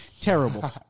terrible